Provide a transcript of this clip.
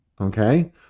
okay